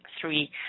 three